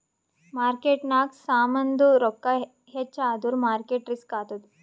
ಮಾರ್ಕೆಟ್ನಾಗ್ ಸಾಮಾಂದು ರೊಕ್ಕಾ ಹೆಚ್ಚ ಆದುರ್ ಮಾರ್ಕೇಟ್ ರಿಸ್ಕ್ ಆತ್ತುದ್